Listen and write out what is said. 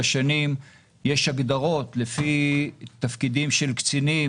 שנים יש הגדרות לפי תפקידים של קצינים,